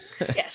Yes